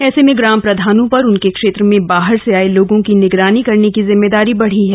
ऐसे में ग्राम प्रधानों पर उनके क्षेत्र में बाहर से आये लोगों की निगरानी करने की जिम्मेदारी बढ़ी है